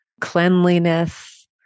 cleanliness